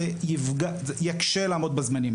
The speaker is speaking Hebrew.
זה יקשה לעמוד בזמנים.